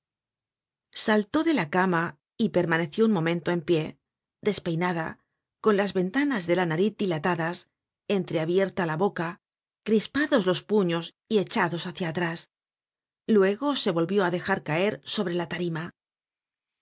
saltó de la cama y permaneció un momento en pie despeinada con las ventanas de la nariz dilatadas entreabierta la boca crispados los puños y echados hácia atrás luego se volvió á dejar caer sobre la tarima